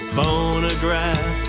phonograph